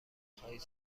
خواهید